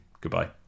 Goodbye